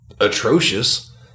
atrocious